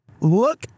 look